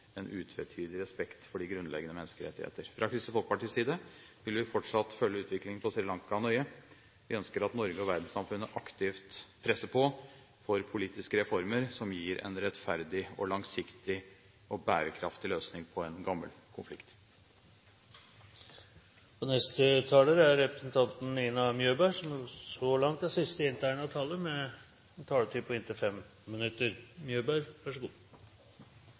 en utvetydig respekt for de grunnleggende menneskerettigheter. Fra Kristelig Folkepartis side vil vi fortsatt følge utviklingen på Sri Lanka nøye. Vi ønsker at Norge og verdenssamfunnet aktivt presser på for politiske reformer som gir en rettferdig, langsiktig og bærekraftig løsning på en gammel konflikt. Det er nå snart tre år siden den nesten 30 år lange borgerkrigen på Sri Lanka ble avsluttet. Som vi vet, fikk krigen en